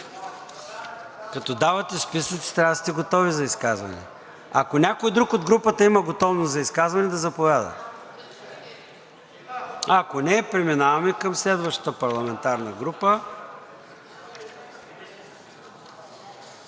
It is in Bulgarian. Като давате списъци, трябва да сте готови за изказване. Ако някой друг от групата има готовност за изказване, да заповяда, ако не, преминаваме към следващата парламентарна група.